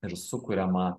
ir sukuriama